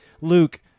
Luke